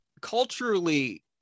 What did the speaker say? culturally